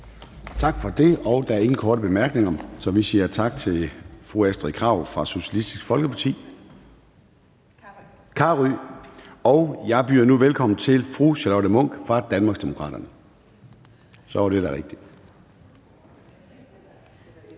Tak for det. Der er ingen korte bemærkninger, så vi siger tak til fru Astrid Carøe fra Socialistisk Folkeparti. Jeg byder nu velkommen til fru Charlotte Munch fra Danmarksdemokraterne. Kl. 13:32 (Ordfører)